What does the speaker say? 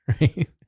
Right